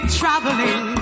traveling